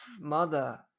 Mother